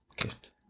gift